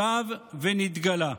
שב ונתגלה".